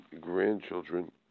grandchildren